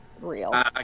real